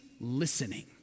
listening